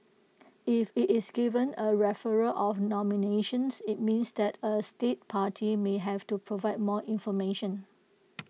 if IT is given A referral of nomination IT means that A state party may have to provide more information